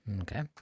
Okay